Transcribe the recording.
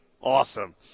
Awesome